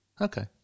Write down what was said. Okay